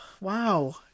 wow